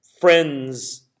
friends